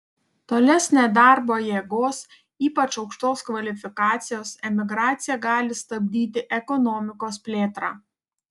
tolesnė darbo jėgos ypač aukštos kvalifikacijos emigracija gali stabdyti ekonomikos plėtrą